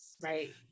Right